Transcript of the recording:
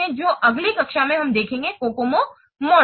तो अगली कक्षा में हम देखेंगे COCOMO मॉडल